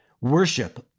Worship